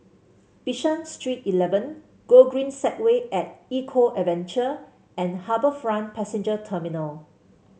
Bishan Street Eleven Gogreen Segway At Eco Adventure and HarbourFront Passenger Terminal